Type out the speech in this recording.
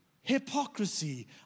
hypocrisy